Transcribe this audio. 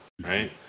Right